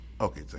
Okay